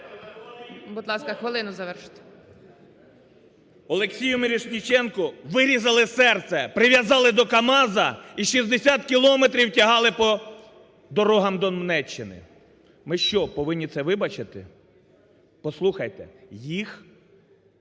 Будь ласка, хвилину. Завершуйте. БЕРЕЗА Ю.М. Олексію Мірошниченку вирізали серце, прив'язали до КАМАЗу і 60 кілометрів тягали по дорогах Донеччини. Ми що, повинні це вибачити?! Послухайте, їх